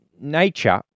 nature